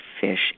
fish